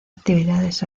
actividades